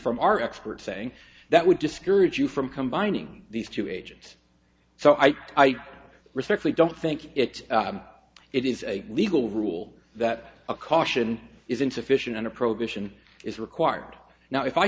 from our experts saying that would discourage you from combining these two agents so i respectfully don't think it it is a legal rule that a caution is insufficient and a prohibition is required now if i